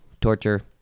torture